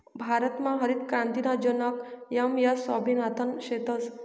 भारतमा हरितक्रांतीना जनक एम.एस स्वामिनाथन शेतस